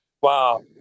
Wow